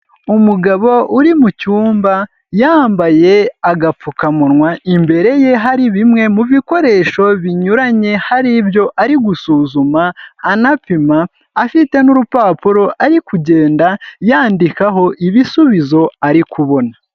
Umugabo uri mu cyumba yambaye agapfukamunwa, imbere ye hari bimwe mu bikoresho binyuranye, hari ibyo ari gusuzuma anapima afite n'urupapuro ari kugenda yandikaho ibisubizo ari kubona.